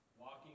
walking